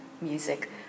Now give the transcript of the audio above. music